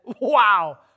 Wow